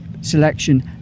selection